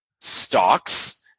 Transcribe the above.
stocks